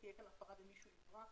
שתהיה כאן הפרה ומישהו יברח,